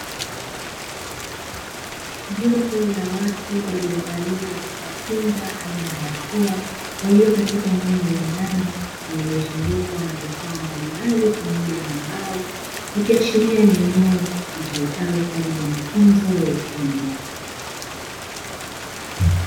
Jopo la watu waliovalia vifaa kinga aina ya barakoa walio katika eneo la ndani lililozungukwa na vifaa mbalimbali pamoja na mbao; ikiashiria ni eneo litumikalo kwa ajili ya mafunzo ya ufundi.